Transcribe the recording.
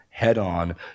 head-on